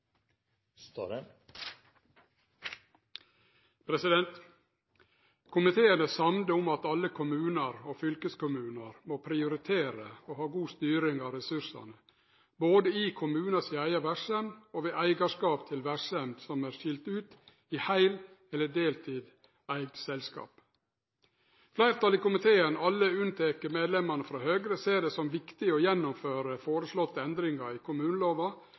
måte. Komiteen er samd om at alle kommunar og fylkeskommunar må prioritere å ha god styring av ressursane, både i kommunen si eiga verksemd og ved eigarskap til verksemder som er skilde ut i heil- eller deleigde selskap. Fleirtalet i komiteen, alle unnateke medlemmane frå Høgre, ser det som viktig å gjennomføre føreslegne endringar i